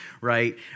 Right